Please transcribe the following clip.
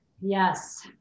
Yes